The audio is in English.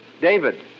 David